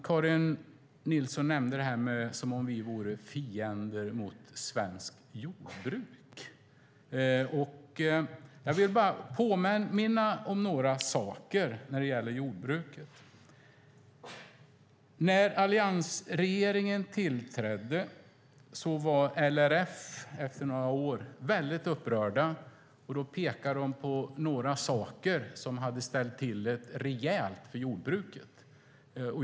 Karin Nilsson får det att låta som att vi vore fiender till svenskt jordbruk. Jag vill då bara påminna om några saker när det gäller jordbruket. När alliansregeringen tillträdde var LRF efter några år väldigt upprörda och pekade på några saker som hade ställt till det rejält för jordbruket.